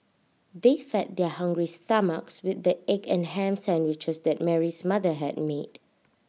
they fed their hungry stomachs with the egg and Ham Sandwiches that Mary's mother had made